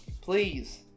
Please